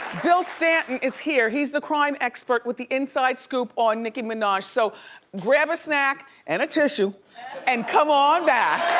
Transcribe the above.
bill stanton is here. he's the crime expert with the inside scoop on nicki minaj. so grab a snack and a tissue and come on back.